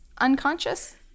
unconscious